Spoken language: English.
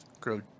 grow